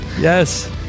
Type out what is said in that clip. yes